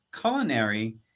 Culinary